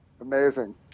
Amazing